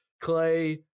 Clay